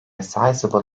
sizable